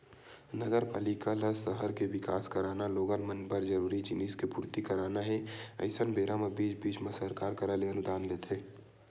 नगरपालिका ल सहर के बिकास कराना लोगन मन बर जरूरी जिनिस के पूरति कराना हे अइसन बेरा म बीच बीच म सरकार करा ले अनुदान लेथे